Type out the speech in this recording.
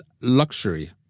luxury